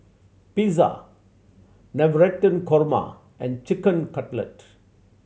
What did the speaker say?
Pizza Navratan Korma and Chicken Cutlet